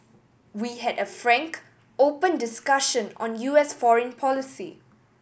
we had a frank open discussion on U S foreign policy